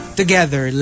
together